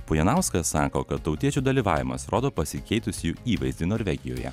pujanauskas sako kad tautiečių dalyvavimas rodo pasikeitusį jų įvaizdį norvegijoje